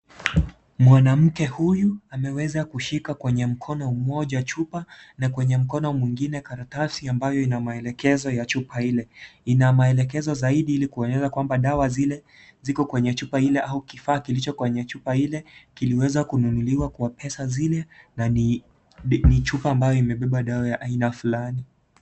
Mwanamke huyu, ameweza kushika kwenye mkono mmoja chupa, na kwenye mkono mwingine karatasi ambayo ina maelekezo ya chupa ile. Ina maelekezo zaidi ili kueleza kwamba dawa zile ziko kwenye chupa ile au kifaa kilicho kwenye chupa ile, kiliweza kununuliwa kwa pesa zile na ni chupa ambayo imebeba dawa ya aina fulani.